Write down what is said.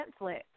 Netflix